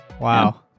Wow